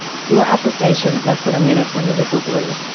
we were at the station less than a minute when the whistle blew.